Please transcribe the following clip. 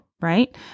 right